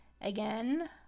again